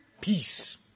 peace